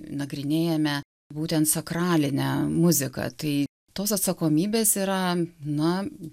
nagrinėjame būtent sakralinę muziką tai tos atsakomybės yra na